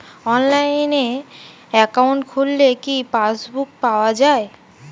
অনলাইনে একাউন্ট খুললে কি পাসবুক পাওয়া যায়?